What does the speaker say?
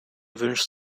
wünscht